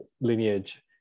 lineage